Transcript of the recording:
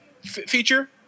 feature